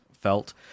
felt